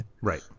right